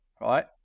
Right